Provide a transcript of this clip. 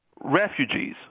refugees